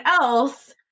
else